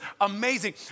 amazing